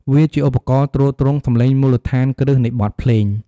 វាជាឧបករណ៍ទ្រទ្រង់សំឡេងមូលដ្ឋានគ្រឹះនៃបទភ្លេង។